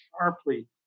sharply